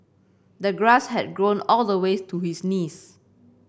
the grass had grown all the way to his knees